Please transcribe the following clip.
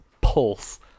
pulse